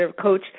coach